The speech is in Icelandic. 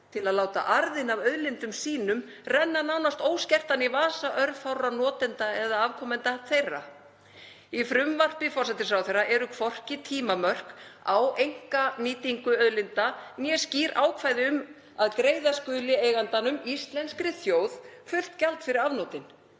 til að láta arðinn af auðlindum sínum renna nánast óskertan í vasa örfárra notenda eða afkomenda þeirra. Í frumvarpi forsætisráðherra eru hvorki tímamörk á einkanýtingu auðlinda né skýr ákvæði um að greiða skuli eigandanum, íslenskri þjóð, fullt gjald fyrir afnotin.